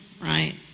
right